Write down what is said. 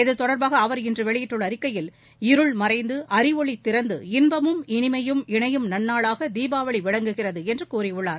இத்தொடர்பாக அவர் இன்று வெளியிட்டுள்ள அறிக்கையில் இருள் மறைந்து அறிவொளி திறந்து இன்பமும் இனிமையும் இணையும் நன்னாளாக தீபாவளி விளங்குகிறது என்று கூறியுள்ளார்